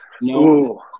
no